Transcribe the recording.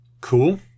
cool